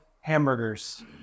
hamburgers